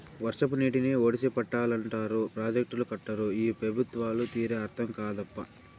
వర్షపు నీటిని ఒడిసి పట్టాలంటారు ప్రాజెక్టులు కట్టరు ఈ పెబుత్వాల తీరే అర్థం కాదప్పా